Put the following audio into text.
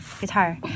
Guitar